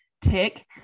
tick